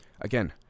Again